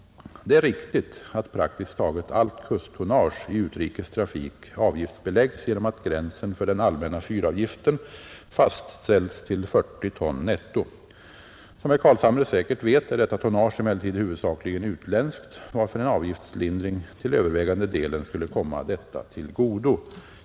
Det är riktigt att praktiskt taget allt kusttonnage i utrikes trafik avgiftsbeläggs genom att gränsen för den allmänna fyravgiften fastställts till 40 ton netto. Som herr Carlshamre säkert vet är detta tonnage emellertid huvudsakligen utländskt, varför en avgiftslindring till övervägande delen skulle komma detta till godo.